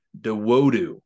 DeWodu